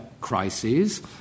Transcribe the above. crises